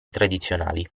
tradizionali